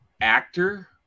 actor